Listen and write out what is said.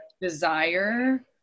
Desire